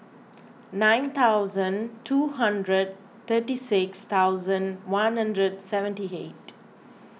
nine thousand two hundred thirty six thousand one hundred seventy eight